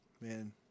man